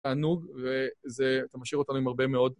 תענוג, וזה משאיר אותנו עם הרבה מאוד